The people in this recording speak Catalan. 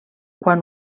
quan